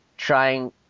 Trying